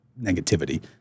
negativity